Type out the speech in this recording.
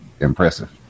impressive